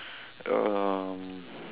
um